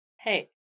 Hey